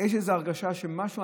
יש איזה הרגשה שמשהו,